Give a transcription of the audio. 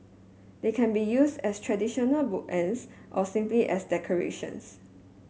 they can be used as traditional bookends or simply as decorations